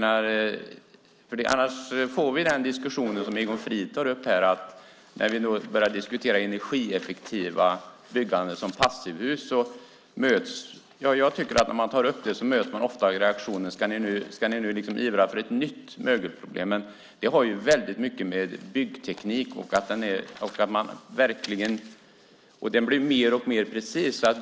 Annars får vi den diskussion som Egon Frid tar upp här. När man börjar diskutera energieffektivt byggande, till exempel passivhus, möter man ofta reaktionen att ska ni nu ivra för ett nytt mögelproblem. Men detta har väldigt mycket med byggteknik att göra, och den blir mer och mer precis.